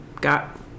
got